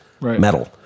metal